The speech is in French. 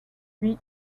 oui